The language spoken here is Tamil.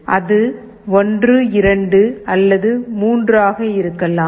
அது 1 2 அல்லது 3 ஆக இருக்கலாம்